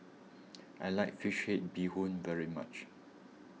I like Fish Head Bee Hoon very much